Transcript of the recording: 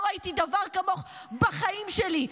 לא ראיתי דבר כמוך בחיים שלי.